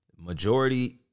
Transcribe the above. Majority